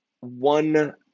one